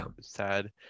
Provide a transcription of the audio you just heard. sad